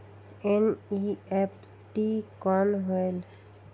NEFT कौन होएल?